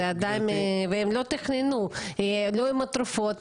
הם לא תכננו מראש ולא הכינו תרופות.